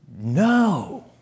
no